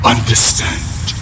Understand